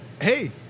hey